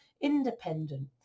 independent